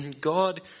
God